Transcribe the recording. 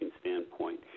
standpoint